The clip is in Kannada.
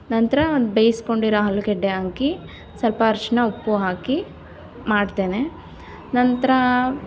ನಂತರ ಬೇಯಿಸ್ಕೊಂಡಿರೊ ಆಲೂಗೆಡ್ಡೆ ಹಾಕಿ ಸ್ವಲ್ಪ ಅರಶಿಣ ಉಪ್ಪು ಹಾಕಿ ಮಾಡ್ತೇನೆ ನಂತರ